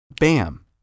Bam